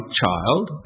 child